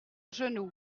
genou